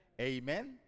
Amen